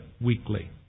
weekly